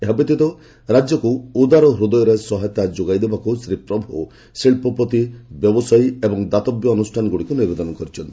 ଏହାଛଡ଼ା ରାଜ୍ୟକୁ ଉଦାର ହୂଦୟରେ ସହାୟତା ଯୋଗାଇଦେବାକୁ ଶ୍ରୀ ପ୍ରଭୁ ଶିଳ୍ପପତି ବ୍ୟବସାୟୀ ଓ ଦାତବ୍ୟ ଅନୁଷ୍ଠାନଗୁଡ଼ିକୁ ନିବେଦନ କରିଛନ୍ତି